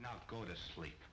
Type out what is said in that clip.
now go to sleep